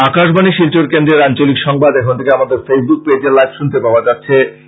আকাশবাণী শিলচর কেন্দ্রের আঞ্চলিক সংবাদ এখন থেকে আমাদের ফেইসবুক পেজে লাইভ শুনতে পাওয়া যাচ্ছে